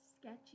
sketchy